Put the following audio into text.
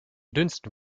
dünsten